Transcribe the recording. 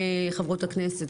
חברות הכנסת,